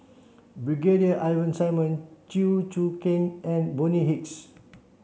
Brigadier Ivan Simson Chew Choo Keng and Bonny Hicks